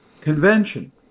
convention